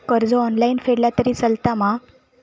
कर्ज ऑनलाइन फेडला तरी चलता मा?